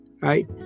right